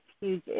huge